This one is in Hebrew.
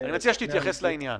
--- אני מציע שתתייחס לעניין.